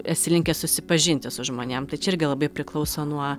esi linkęs susipažinti su žmonėm tai čia irgi labai priklauso nuo